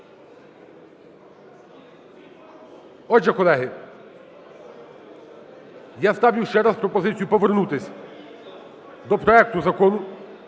Отже, колеги, я ставлю ще раз пропозицію повернутись до проекту закону